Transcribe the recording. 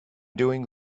doing